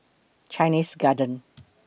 Chinese Garden